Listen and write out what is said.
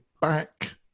back